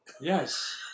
Yes